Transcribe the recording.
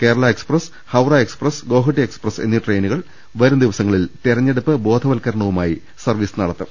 Kerala express Howrah express Guwahati express എന്നീ ട്രെയിനുകൾ വരുംദിവസങ്ങളിൽ തെരഞ്ഞെ ടുപ്പ് ബോധവത്കരണവുമായി സർവീസ് നടത്തും